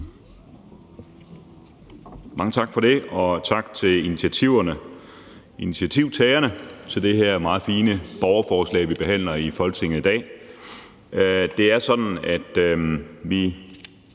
Mange tak for det, og tak til initiativtagerne til det her meget fine borgerforslag, vi behandler i Folketinget i dag. Det er sådan, at vi